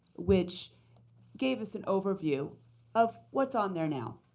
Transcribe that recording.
which gave us an overview of what's on there now.